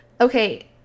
Okay